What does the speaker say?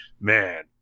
Man